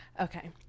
okay